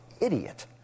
Idiot